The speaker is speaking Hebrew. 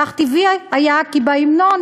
ואך טבעי היה כי בהמנון